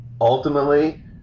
Ultimately